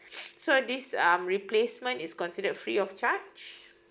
so this uh replacement is considered free of charge